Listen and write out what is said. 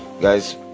Guys